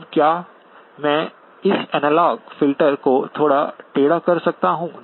अब क्या मैं इस एनालॉग फिल्टर को थोड़ा टेढ़ा कर सकता हूं